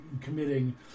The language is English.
committing